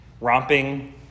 romping